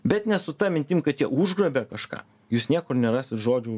bet ne su ta mintim kad jie užgrobė kažką jūs niekur nerasit žodžių